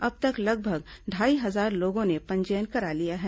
अब तक लगभग ढाई हजार लोगों ने पंजीयन करा लिया है